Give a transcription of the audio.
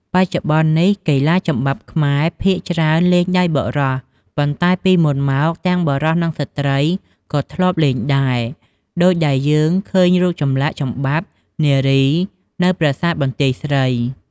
បច្ចុប្បន្ននេះ កីឡាចំបាប់ខ្មែរភាគច្រើនលេងដោយបុរស ប៉ុន្តែពីមុនមក ទាំងបុរស និងស្ត្រីក៏ធ្លាប់លេងដែរ ដូចដែលយើងឃើញរូបចម្លាក់ចំបាប់នារីនៅប្រាសាទបន្ទាយស្រី។